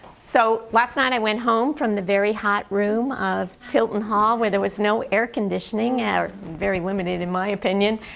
so last night, i went home from the very hot room of tilton hall where there was no air-conditioning or very limited in my opinion,